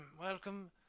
Welcome